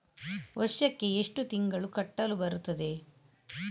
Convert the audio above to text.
ವರ್ಷಕ್ಕೆ ಎಷ್ಟು ತಿಂಗಳು ಕಟ್ಟಲು ಬರುತ್ತದೆ?